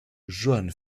johann